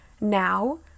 now